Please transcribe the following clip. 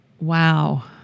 Wow